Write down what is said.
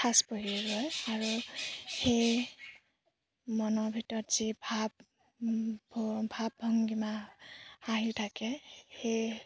সাজ পৰি ৰয় আৰু সেই মনৰ ভিতৰত যি ভাব ম ভাৱ ভংগীমা আহি থাকে সেই